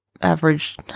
average